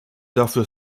dafür